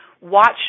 watch